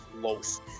close